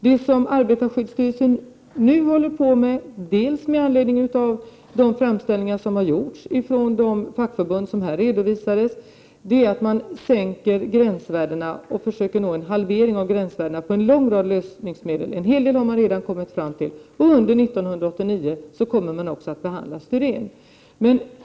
Vad som arbetarskyddsstyrelsen nu gör, med anledning av de framställningar som har gjorts från de fackförbund som här redovisades, är att man försöker nå en halvering av gränsvärdena för en mängd lösningsmedel. Under 1989 kommer också styren att behandlas.